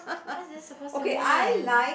what is this suppose to mean